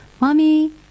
Mommy